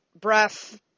breath